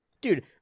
Dude